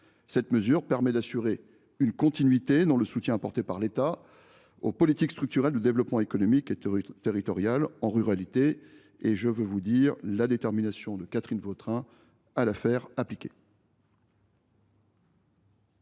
Cette mesure permet d’assurer une continuité dans le soutien apporté par l’État aux politiques structurelles de développement économique et territorial en ruralité, et je veux vous assurer de la détermination de Catherine Vautrin à la faire appliquer.